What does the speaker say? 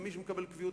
ומי שמקבל קביעות,